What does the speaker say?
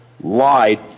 lied